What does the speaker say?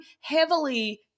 heavily